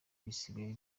bisigaye